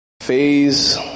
phase